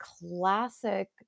classic